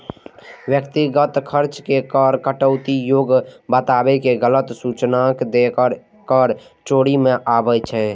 व्यक्तिगत खर्च के कर कटौती योग्य बताके गलत सूचनाय देनाय कर चोरी मे आबै छै